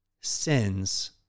sins